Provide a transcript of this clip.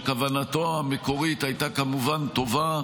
שכוונתו המקורית הייתה כמובן טובה,